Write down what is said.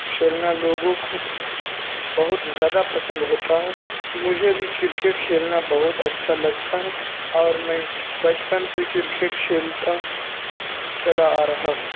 کھیلنا لوگوں کو بہت زیادہ پسند ہوتا ہے مجھے بھی کرکٹ کھیلنا بہت اچّھا لگتا ہے اور میں بچپن سے کرکٹ کھیلتا چلا آ رہا ہوں